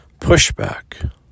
pushback